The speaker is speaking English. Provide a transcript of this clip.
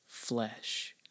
flesh